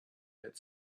had